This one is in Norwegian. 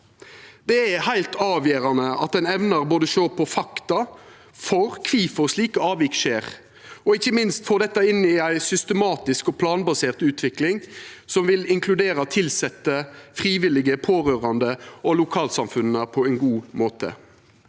Det er heilt avgjerande at ein evner både å sjå på fakta for kvifor slike avvik skjer og ikkje minst får dette inn i ei systematisk og planbasert utvikling, som vil inkludera tilsette, frivillige, pårørande og lokalsamfunnet på ein god måte.